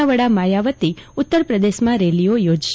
ના વડા માયાવતી ઉત્તરપ્રદેશમાં રેલીઓ યોજશે